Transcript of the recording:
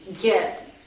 get